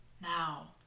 now